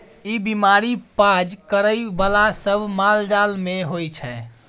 ई बीमारी पाज करइ बला सब मालजाल मे होइ छै